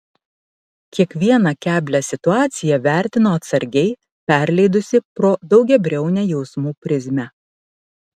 kiekvieną keblią situaciją vertino atsargiai perleidusi pro daugiabriaunę jausmų prizmę